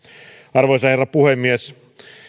arvoisa herra puhemies